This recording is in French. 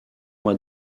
moi